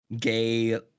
gay